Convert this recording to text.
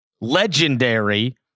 legendary